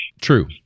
True